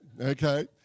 okay